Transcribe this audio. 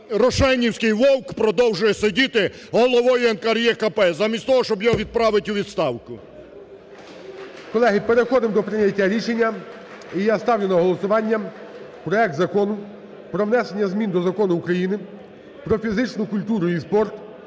рошенівський Вовк продовжує сидіти головою НКРЕ КП, замість того, щоб його відправити у відставку. ГОЛОВУЮЧИЙ. Колеги, переходимо до прийняття рішення. І я ставлю на голосування проект Закону про внесення змін до Закону України "Про фізичну культуру і спорт"